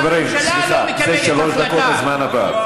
חברים, סליחה, לפני שלוש דקות הזמן עבר.